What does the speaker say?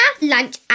lunch